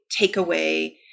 takeaway